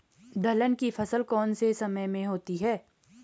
दलहन की फसल कौन से समय में होती है?